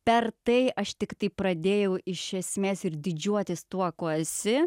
per tai aš tiktai pradėjau iš esmės ir didžiuotis tuo kuo esi